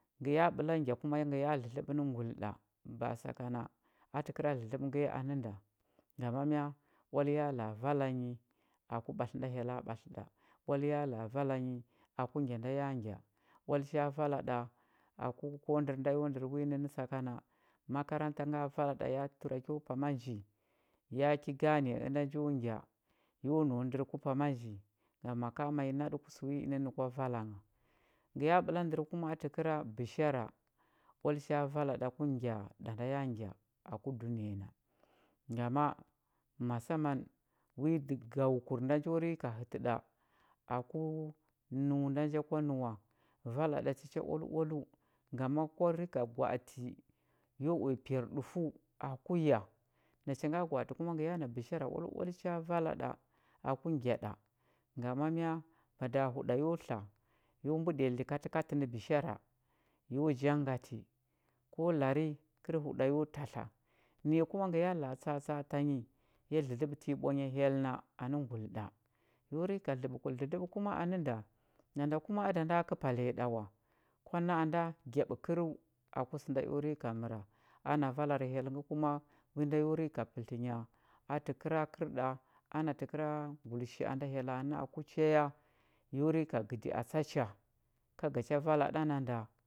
Ngə ya ɓəla ngya kuma ngə ya dlədləɓə nə nguli ɗa ba a sakana a təkəra dlədləɓə ngə ya a nə nda gama ya oal ya la a vala nyi aku ɓatlə nda hyella ɓtlə ɗa oal ya la a vala ya la a vala nyi aku ngya nda ya ngya oal cha vala ɗa aku ko ndər nda yo ndər wi nənnə sakana makaranta nga vala ɗa ya təra kyo pama nji ya ki gane ənda njo ngya yo nau ndər ku pama nji ya ma ka ma i naɗə ku sə wi inənnə kwa vala ngha ya ɓəla ndər ku təkəra bishara oal cha vala ɗa ku ngya nda ya ngya aku dunəya na gama masamman wi dəgaukur nda njo rika hətə ɗa aku nəu nda njo kwa nəuwa vala ɗa tə cha oaloaləu gama kwa rika gwa atə yo uya piyarɗufəu aku ya nacha nga gwa atə kuma ngə ya na kuma bishara oaloal cha vala aku ngya ɗa gama mya mada huɗa yo tla yo mbəɗiya likatəkatə nə bishara yo jangati ko lari kər huɗa yo tatla naya kuma ngə la a tsa atsa a tanyi ya dlədləɓətə nyi ɓwanya hyell na anə nguli ɗa yo rika dləɓə dlədləɓə kuma a nə nda nanda kuma a da nda kəpaliya ɗa wa kwa na a nda gyaɓəkərəu aku sə nda eo rika məra ana valar hyell ngə kuma wi nda yo rika pətlənya a əkəra kərɗa ana təkəra ngulisha a da hyella na a ku cha ya yo rika gədi a tsa cha ka ga cha vala ɗa na nda